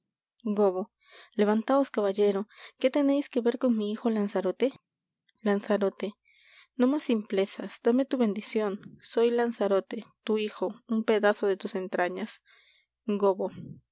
levantaos caballero qué teneis que ver con mi hijo lanzarote lanzarote no más simplezas dame tu bendicion soy lanzarote tu hijo un pedazo de tus entrañas gobbo